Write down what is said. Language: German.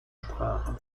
sprache